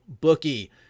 bookie